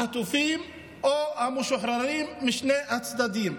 החטופים או המשוחררים משני הצדדים.